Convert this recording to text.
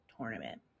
tournament